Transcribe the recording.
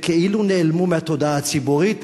וכאילו זה נעלם מהתודעה הציבורית.